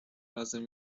razem